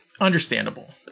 understandable